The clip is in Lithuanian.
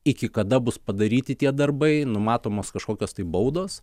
iki kada bus padaryti tie darbai numatomos kažkokios tai baudos